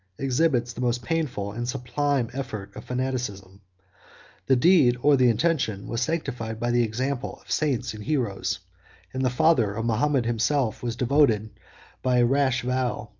exhibits the most painful and sublime effort of fanaticism the deed, or the intention, was sanctified by the example of saints and heroes and the father of mahomet himself was devoted by a rash vow,